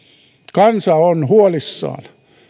kansa on huolissaan